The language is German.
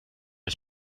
ich